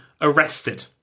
arrested